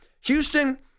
Houston